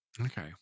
Okay